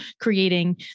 creating